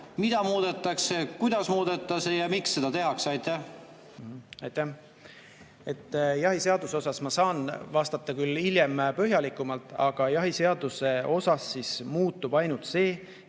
mida muudetakse, kuidas muudetakse ja miks seda tehakse. Aitäh! Jahiseaduse kohta ma saan vastata hiljem põhjalikumalt, aga jahiseaduses muutub ainult see,